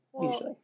usually